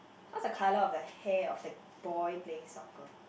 what's the colour of the hair of the boy playing soccer